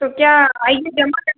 तो क्या आइए जमा कर